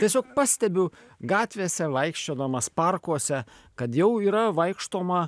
tiesiog pastebiu gatvėse vaikščiodamas parkuose kad jau yra vaikštoma